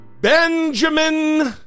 Benjamin